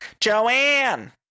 Joanne